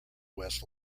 west